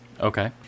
okay